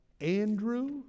Andrew